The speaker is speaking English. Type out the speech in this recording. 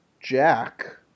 Jack